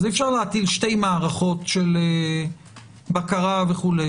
אי-אפשר להטיל שתי מערכות בקרה וכו'.